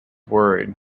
worried